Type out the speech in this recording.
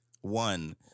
one